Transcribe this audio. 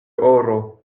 oro